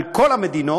על כל המדינות,